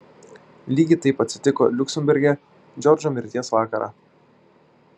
lygiai taip atsitiko liuksemburge džordžo mirties vakarą